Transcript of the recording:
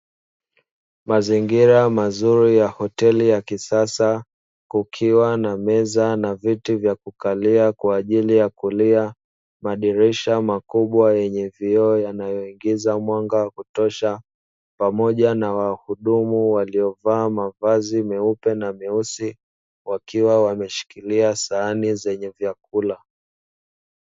Mazingira mazuri ya hoteli ya kisasa kukiwa na meza na viti vya kukalia kwa ajili ya kulia, madirisha makubwa yenye vioo yanayoingiza mwanga wa kutosha. Pamoja na wahudumu waliyovaa mavazi meupe na meusi wakiwa wameshikilia sahani zenye vyakula.